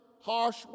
harsh